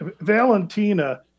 valentina